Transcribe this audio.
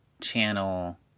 channel